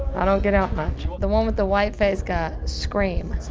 i don't get out much. the one with the white face guy, scream.